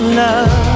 love